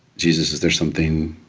jesus, is there something